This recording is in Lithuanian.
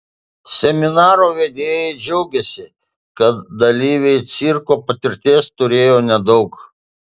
seminaro vedėjai džiaugėsi kad dalyviai cirko patirties turėjo nedaug